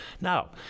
Now